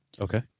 Okay